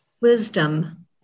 Wisdom